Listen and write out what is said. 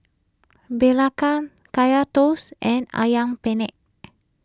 Belacan Kaya Toast and Ayam Penyet